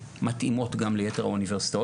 כי היתה פה איזו תחרות,